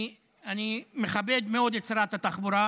אני מכבד מאוד את שרת התחבורה.